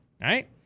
right